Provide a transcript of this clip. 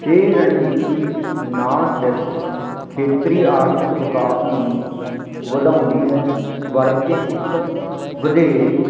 ਇਹ ਰਣਨੀਤੀ ਨਾ ਸਿਰਫ ਖੇਤਰੀ ਆਰਥਿਕ ਵਿਕਾਸ ਨੂੰ ਵਧਾਉਂਦੀ ਹੈ ਬਲਕਿ ਇੱਕ ਵਧੇਰੇ